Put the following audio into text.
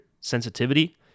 sensitivity